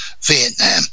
Vietnam